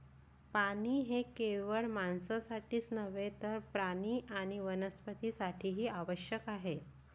पाणी हे केवळ माणसांसाठीच नव्हे तर प्राणी आणि वनस्पतीं साठीही आवश्यक आहे